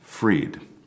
Freed